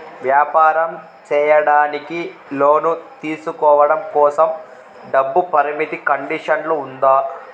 వ్యాపారం సేయడానికి లోను తీసుకోవడం కోసం, డబ్బు పరిమితి కండిషన్లు ఉందా?